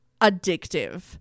addictive